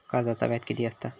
कर्जाचा व्याज कीती असता?